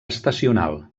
estacional